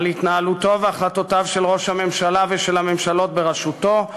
על התנהלותו והחלטותיו של ראש הממשלה ושל הממשלות בראשותו,